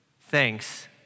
Thanks